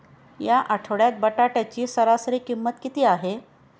या आठवड्यात बटाट्याची सरासरी किंमत किती आहे?